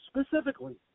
specifically